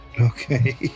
Okay